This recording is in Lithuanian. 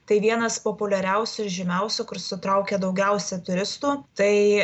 tai vienas populiariausių ir žymiausių kur sutraukia daugiausia turistų tai